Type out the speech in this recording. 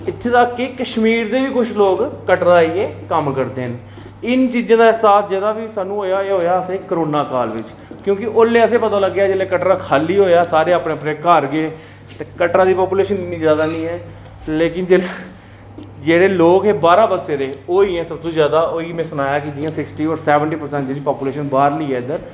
इत्थूं तक के कश्मीर दे बी कुछ लोग कटरै आइयै कम्म करदे न इन्न चीजें दा ऐहसास जेहड़ा बी होएआ असेंगी करोना काल च क्योंकि उसलै असेंगी पता लग्गेआ जेल्लै कटरा खाल्ली होएआ सारे अपने अपने घर गे ते कटरा दी पापूलेशन इन्नी जादा निं ऐ लेकिन जेह्ड़े जेह्ड़े लोग बाह्रा दा बसे दे सब तो जादा जियां में सनाया सिक्स्टी होर सैवंटी परसैंट जेह्की पापूल्शन बाह्रली ऐ इद्धर